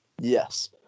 yes